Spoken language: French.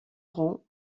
round